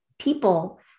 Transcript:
people